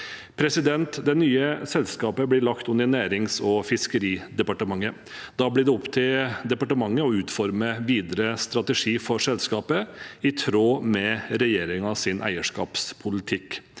tilgang. Det nye selskapet blir lagt under Nærings- og fiskeridepartementet. Da blir det opp til departementet å utforme videre strategi for selskapet i tråd med regjeringens eierskapspolitikk.